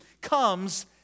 comes